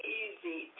easy